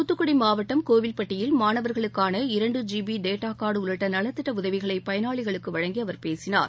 தூத்துக்குடி மாவட்டம் கோவில்பட்டியில் மாணவர்களுக்கான இரண்டு ஜி பி டேட்டா கார்டு உள்ளிட்ட நலத்திட்ட உதவிகளை பயனாளிகளுக்கு வழங்கி அவர் பேசினார்